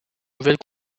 nouvelle